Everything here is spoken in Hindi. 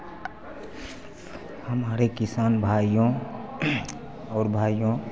हमारे किसान भाइयों और भाइयों